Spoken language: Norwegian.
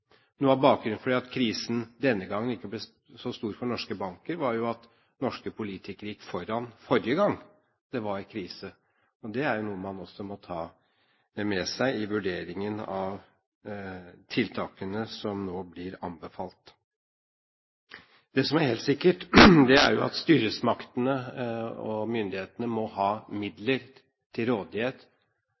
Noe av bakgrunnen for at krisen denne gangen ikke ble så stor for norske banker, var jo at norske politikere gikk foran forrige gang det var krise. Det er noe man også må ta med seg i vurderingen av tiltakene som nå blir anbefalt. Det som er helt sikkert, er at styresmaktene og myndighetene må ha midler til rådighet